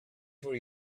for